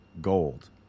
gold